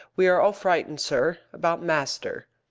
we are all frightened, sir, about master.